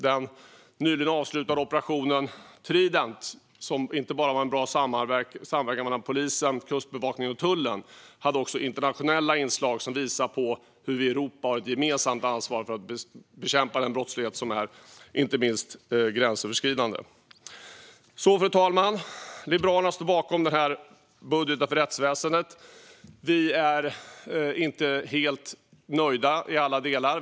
Den nyligen avslutade Operation Trident var inte bara en bra samverkan mellan polisen, kustbevakningen och tullen utan hade också internationella inslag som visar på hur vi i Europa har ett gemensamt ansvar för att bekämpa den gränsöverskridande brottsligheten. Fru talman! Liberalerna står bakom denna budget för rättsväsendet. Vi är inte helt nöjda i alla delar.